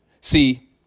See